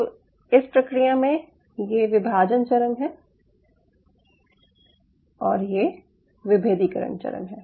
अब इस प्रक्रिया में यह विभाजन चरण है और ये विभेदीकरण चरण है